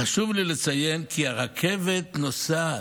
חשוב לי לציין כי הרכבת נוסעת.